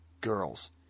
girls